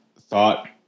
thought